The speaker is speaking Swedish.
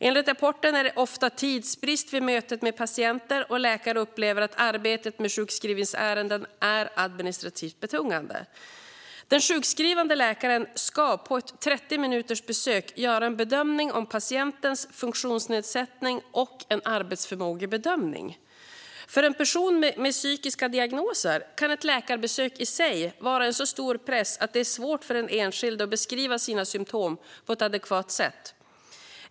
Enligt rapporten är det ofta tidsbrist vid mötet med patienter, och läkare upplever att arbetet med sjukskrivningsärenden är administrativt betungande. Den sjukskrivande läkaren ska på ett 30 minuters besök göra en bedömning av patientens funktionsnedsättning och en arbetsförmågebedömning. För en person med psykiska diagnoser kan ett läkarbesök i sig innebära en så stor press att det är svårt för den enskilda att beskriva sina symtom på ett adekvat sätt.